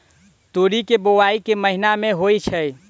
तोरी केँ बोवाई केँ महीना मे होइ छैय?